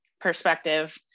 perspective